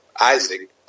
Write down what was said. Isaac